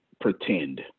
pretend